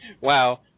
Wow